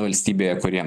valstybėje kuri